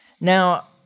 Now